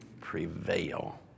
prevail